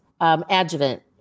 adjuvant